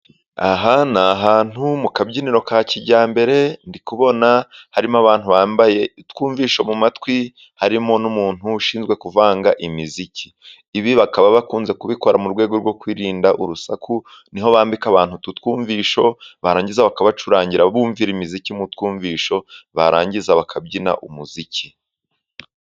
Aha ni hantu mu kabyiniro ka kijyambere, ndibona harimo abantu bambaye utwumvisho mu matwi, harimo n'umuntu ushinzwe kuvanga imiziki, ibi bakaba bakunze kubikora mu rwego rwo kwirinda urusaku, niho bambika abantu ututwumvisho, barangiza bakabacurangira bumvira imiziki mutwumvisho barangiza bakabyina umuziki.